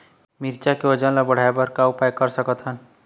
मिरचई के वजन ला बढ़ाएं बर का उपाय कर सकथन?